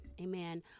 Amen